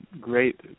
great